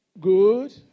Good